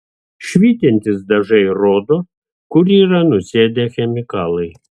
švytintys dažai rodo kur yra nusėdę chemikalai